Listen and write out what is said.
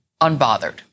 unbothered